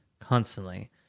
constantly